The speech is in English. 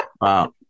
Wow